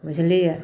बुझलिए